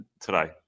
today